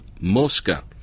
Mosca